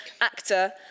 actor